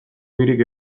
ogirik